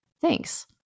Thanks